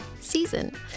season